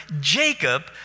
Jacob